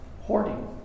hoarding